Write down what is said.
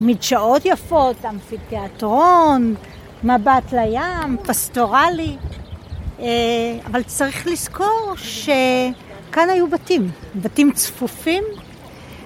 המדשאות יפות, אמפיתיאטרון, מבט לים, פסטורלי, אבל צריך לזכור שכאן היו בתים, בתים צפופים